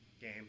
game